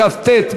חוקה, חוק ומשפט.